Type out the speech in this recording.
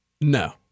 No